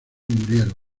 murieron